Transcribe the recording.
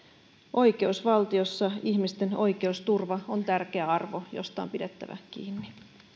oikeusvaltiossa ihmisten oikeusturva on tärkeä arvo josta on pidettävä kiinni